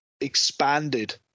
expanded